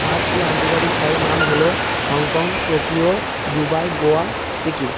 পাঁচটি আন্তর্জাতিক শহরের নাম হলো Hong Kong Tokyo Dubai Goa Sikkim